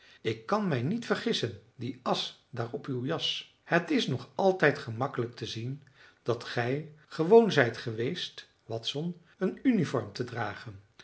ik kan mij niet vergissen die asch daar op uw jas het is nog altijd gemakkelijk te zien dat gij gewoon zijt geweest watson een uniform te dragen